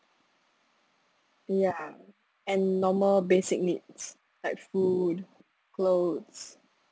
ya and normal basic needs like food clothes